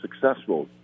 successful